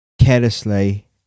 carelessly